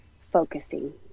focusing